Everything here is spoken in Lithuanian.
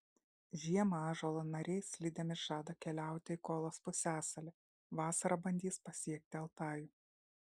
žiemą ąžuolo nariai slidėmis žada keliauti į kolos pusiasalį vasarą bandys pasiekti altajų